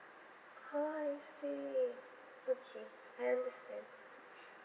oh I see okay I understand